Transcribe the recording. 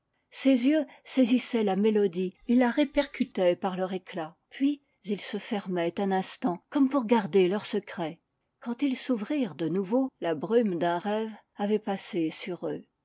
ses yeux saisissaient la mélodie et la répercutaient par leur éclat puis ils se fermaient un instant comme pour garder leur secret quand ils s'ouvrirent iol de nouveau la brume d'un rêve avait passé sur eux